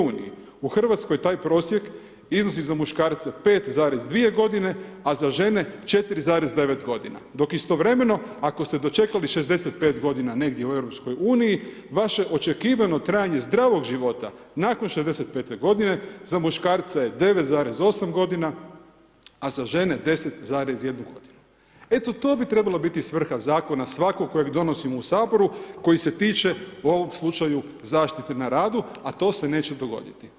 U Hrvatskoj taj prosjek iznosi za muškarce 5,2 g. a za žene 4,9 g. dok istovremeno, ako ste dočekali 65 g. negdje u EU vaše očekivano trajanje zdravog života, nakon 65 g. za muškarce je 9,8 g. a za žene 10,1 g. eto to bi trebala biti svrha zakona svakoga kojeg donosimo u Saboru, koji se tiče u ovom slučaju zaštite na radu, a to se neće dogoditi.